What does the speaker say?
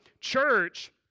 church